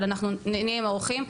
אבל אנחנו נהיה עם האורחים.